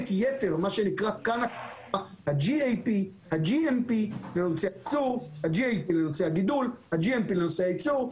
ה-GMP לנושא הגידול, ה-GMP לנושא הייצור,